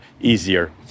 easier